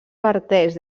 parteix